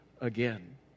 again